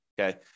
okay